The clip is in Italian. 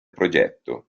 progetto